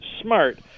smart